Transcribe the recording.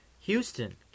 Houston